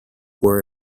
were